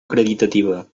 acreditativa